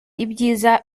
ibyiza